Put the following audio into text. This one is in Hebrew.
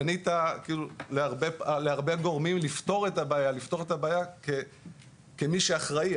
פנית להרבה גורמים לפתור את הבעיה כמי שאחראי,